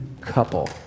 couple